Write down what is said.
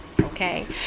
Okay